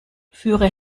führe